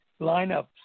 lineups